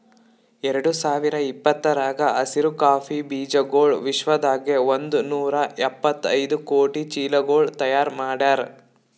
ಎರಡು ಸಾವಿರ ಇಪ್ಪತ್ತರಾಗ ಹಸಿರು ಕಾಫಿ ಬೀಜಗೊಳ್ ವಿಶ್ವದಾಗೆ ಒಂದ್ ನೂರಾ ಎಪ್ಪತ್ತೈದು ಕೋಟಿ ಚೀಲಗೊಳ್ ತೈಯಾರ್ ಮಾಡ್ಯಾರ್